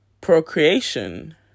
procreation